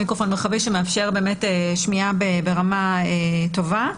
מיקרופון מרחבי שמאפשר שמיעה ברמה טובה,